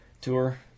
tour